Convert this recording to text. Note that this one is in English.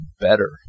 better